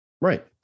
Right